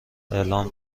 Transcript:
اعلام